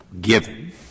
given